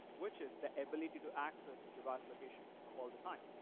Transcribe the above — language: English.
which is the ability to access the device location all the time.